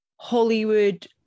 Hollywood